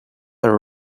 are